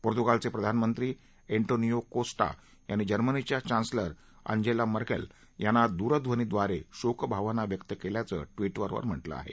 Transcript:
पोर्तुगालचे प्रधानमंत्री Antonio Costa यांनी जर्मनीच्या चान्सलर अंजेला मर्केल यांना दूरध्वनीद्वारे शोकभावना व्यक्त केल्याचं ट्विटरवर म्हटलं आहे